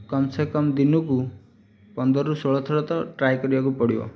କମ୍ସେକମ୍ ଦିନକୁ ପନ୍ଦରରୁ ଷୋହଳଥର ତ ଟ୍ରାଏ କରିବାକୁ ପଡ଼ିବ